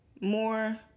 more